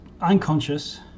unconscious